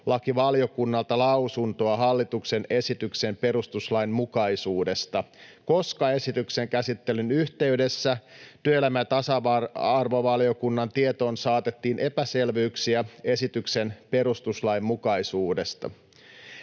perustuslakivaliokunnalta lausuntoa hallituksen esityksen perustuslainmukaisuudesta, koska esityksen käsittelyn yhteydessä työelämä- ja tasa-arvovaliokunnan tietoon saatettiin epäselvyyksiä esityksen perustuslainmukaisuudesta.